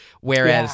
whereas